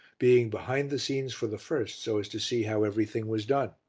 being behind the scenes for the first so as to see how everything was done.